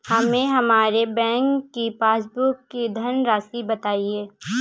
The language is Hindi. हमें हमारे बैंक की पासबुक की धन राशि बताइए